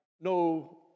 no